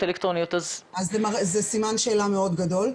זה סימן שאלה מאוד גדול.